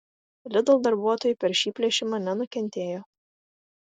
lidl darbuotojai per šį plėšimą nenukentėjo